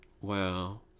Wow